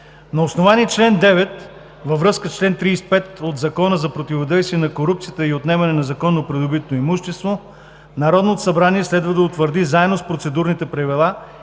На основание чл. 9, във връзка с чл. 35 от Закона за противодействие на корупцията и за отнемане на незаконно придобитото имущество, Народното събрание следва да утвърди заедно с процедурните правила